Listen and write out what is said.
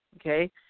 Okay